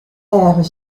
eagen